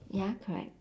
ya correct